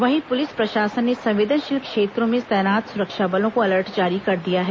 वहीं पुलिस प्रशासन ने संवेदनशील क्षेत्रों में तैनात सुरक्षा बलों को अलर्ट जारी कर दिया है